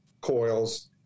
coils